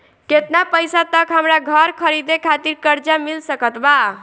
केतना पईसा तक हमरा घर खरीदे खातिर कर्जा मिल सकत बा?